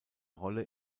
rolle